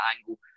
angle